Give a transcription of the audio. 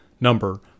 number